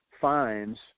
fines